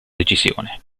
decisione